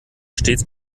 stets